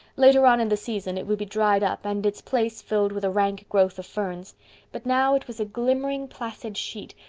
later on in the season it would be dried up and its place filled with a rank growth of ferns but now it was a glimmering placid sheet,